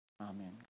amen